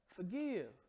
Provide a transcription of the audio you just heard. Forgive